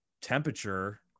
temperature